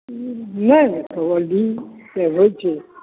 नहि नहि कबड्डी से होइ छै